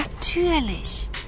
natürlich